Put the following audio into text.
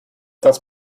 das